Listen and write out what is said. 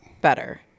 Better